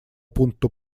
пункту